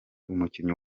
umukinnyi